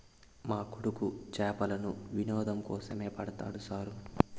మా కొడుకు చేపలను వినోదం కోసమే పడతాడు సారూ